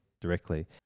directly